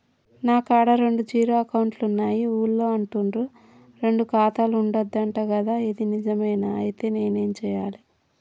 నా కాడా రెండు జీరో అకౌంట్లున్నాయి ఊళ్ళో అంటుర్రు రెండు ఖాతాలు ఉండద్దు అంట గదా ఇది నిజమేనా? ఐతే నేనేం చేయాలే?